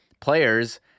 players